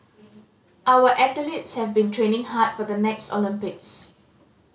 our athletes have been training hard for the next Olympics